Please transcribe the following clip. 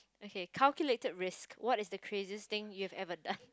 okay calculated risk what is the craziest thing you have ever done